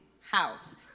house